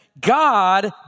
God